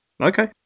Okay